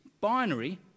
binary